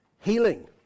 healing